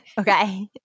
Okay